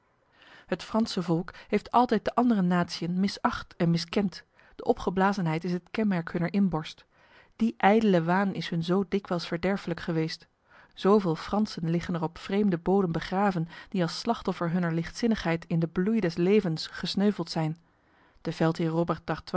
het franse volk heeft altijd de andere natiën misacht en miskend de opgeblazenheid is het kenmerk hunner inborst die ijdele waan is hun zo dikwijls verderfelijk geweest zoveel fransen liggen er op vreemde bodem begraven die als slachtoffer hunner lichtzinnigheid in de bloei des levens gesneuveld zijn de veldheer robert